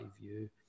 view